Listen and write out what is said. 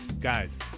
guys